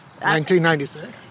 1996